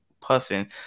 puffing